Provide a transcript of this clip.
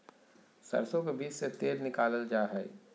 सरसो के बीज से तेल निकालल जा हई